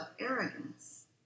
arrogance